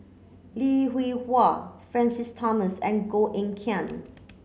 Lim Hwee Hua Francis Thomas and Koh Eng Kian